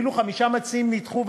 חמישה מציעים נדחו,